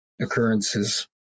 occurrences